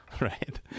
right